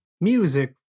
Music